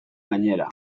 gainera